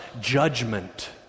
judgment